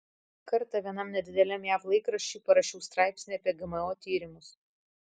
kartą vienam nedideliam jav laikraščiui parašiau straipsnį apie gmo tyrimus